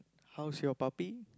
how's your puppy